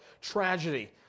tragedy